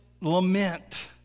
lament